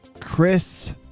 Chris